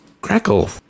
Crackle